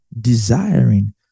desiring